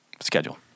schedule